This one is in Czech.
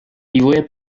vývoje